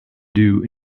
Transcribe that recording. due